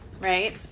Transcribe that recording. Right